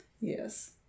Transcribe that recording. yes